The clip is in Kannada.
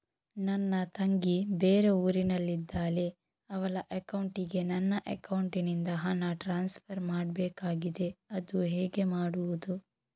ನನ್ನ ತಂಗಿ ಬೇರೆ ಊರಿನಲ್ಲಿದಾಳೆ, ಅವಳ ಅಕೌಂಟಿಗೆ ನನ್ನ ಅಕೌಂಟಿನಿಂದ ಹಣ ಟ್ರಾನ್ಸ್ಫರ್ ಮಾಡ್ಬೇಕಾಗಿದೆ, ಅದು ಹೇಗೆ ಮಾಡುವುದು?